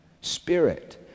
Spirit